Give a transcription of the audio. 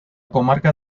comarca